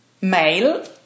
mail